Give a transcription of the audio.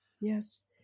Yes